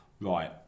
right